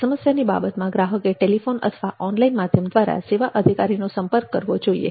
સમસ્યાની બાબતમાં ગ્રાહકે ટેલિફોન અથવા ઓનલાઈન માધ્યમ દ્વારા સેવા અધિકારીનો સંપર્ક કરવો જોઈએ